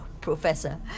Professor